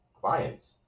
clients